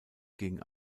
gegen